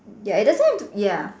ya it doesn't ya